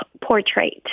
portrait